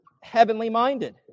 heavenly-minded